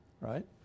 right